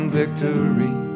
victory